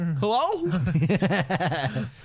Hello